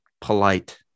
Polite